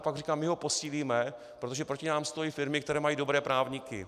A pak říká: My ho posílíme, protože proti nám stojí firmy, které mají dobré právníky.